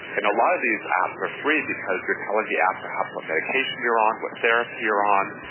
and a lot of these apps are free because you're telling the app perhaps what medication you're on, what therapy you're on,